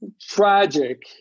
tragic